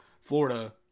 Florida